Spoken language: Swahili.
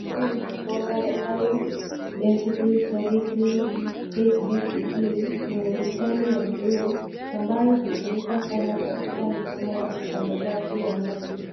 Haya ni mabomba ya high-density polythene HDPE ni yenye mistari ya bluu ambayo hutumika sana katika mifumo ya usambazaji wa maji.